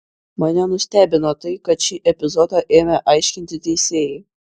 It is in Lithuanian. mane nustebino tai kad šį epizodą ėmė aiškinti teisėjai